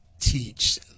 teach